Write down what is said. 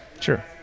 Sure